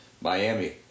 Miami